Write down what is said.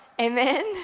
Amen